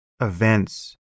events